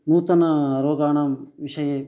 नूतन रोगाणां विषये